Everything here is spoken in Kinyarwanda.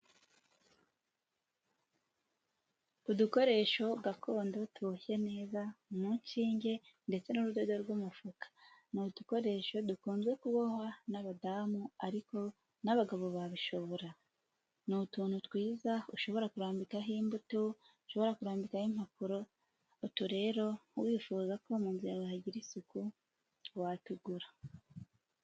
Udukoresho gakondo tuboshye neza mu nshinge ndetse n'urudodo rw'umufuka, ni udukoresho dukunze kubohwa n'abadamu ariko n'abagabo babishobora, ni utuntu twiza ushobora kurambikaho imbuto, ushobora kurambikaho impapuro, uto rero wifuza ko mu nzu yawe hagira isuku watugura.